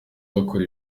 bakora